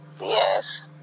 Yes